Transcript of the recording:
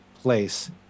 place